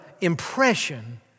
impression